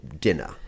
dinner